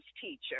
teacher